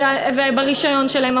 וברישיון שלהם,